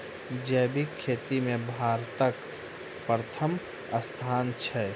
जैबिक खेती मे भारतक परथम स्थान छै